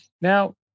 Now